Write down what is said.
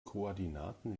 koordinaten